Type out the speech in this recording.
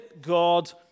God